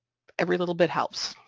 every little bit helps,